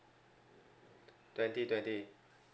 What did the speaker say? twenty twenty